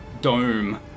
dome